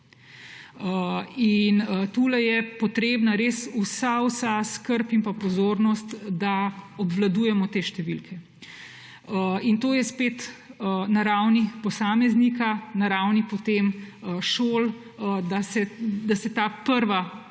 Tule je potrebna res vsa vsa skrb in pozornost, da obvladujemo te številke. In je spet na ravni posameznika, na ravni šol, da se ta prva